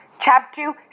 Chapter